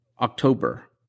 October